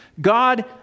God